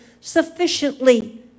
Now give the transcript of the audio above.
sufficiently